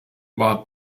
war